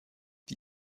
die